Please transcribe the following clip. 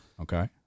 Okay